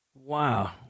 Wow